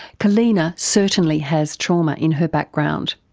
kallena certainly has trauma in her background.